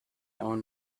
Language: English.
own